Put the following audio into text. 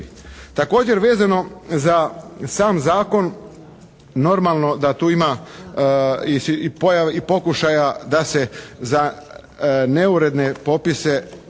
Također vezano za sam zakon, normalno da tu ima i pokušaja da se za neuredne popise